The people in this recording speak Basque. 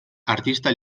artista